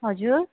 हजुर